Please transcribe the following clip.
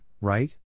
right